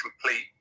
complete